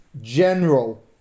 general